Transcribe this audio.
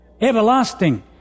everlasting